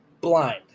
blind